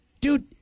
dude